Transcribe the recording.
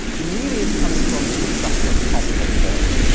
it really is coming from the destruction of tropical forests,